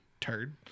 turd